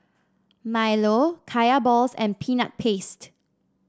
milo Kaya Balls and Peanut Paste